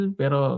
pero